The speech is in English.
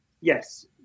Yes